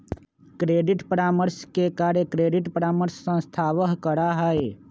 credit परामर्श के कार्य क्रेडिट परामर्श संस्थावह करा हई